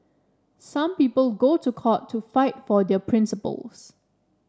some people go to court to fight for their principles